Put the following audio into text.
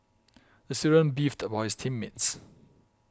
the student beefed about his team mates